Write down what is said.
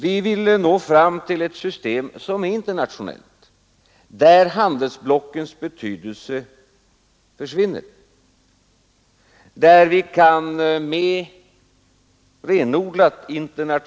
Vi vill lösa problemen genom att nå fram till ett renodlat internationellt system, där handelsblockens betydelse försvinner.